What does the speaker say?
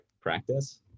practice